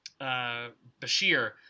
Bashir